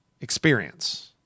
Experience